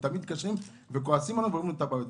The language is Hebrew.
תמיד מתקשרים ואומרים לנו מה הבעיות.